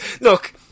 Look